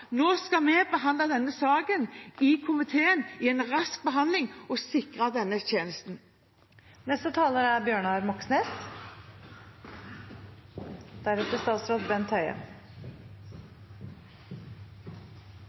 Nå skal vi behandle denne saken i komiteen, i en rask behandling, og sikre denne tjenesten. Dagens situasjon er